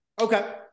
Okay